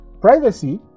privacy